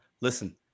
Listen